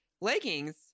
leggings